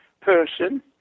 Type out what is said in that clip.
person